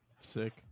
sick